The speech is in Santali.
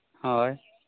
ᱦᱳᱭ